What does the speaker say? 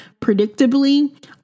predictably